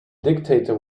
dictator